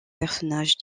personnages